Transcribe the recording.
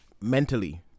mentally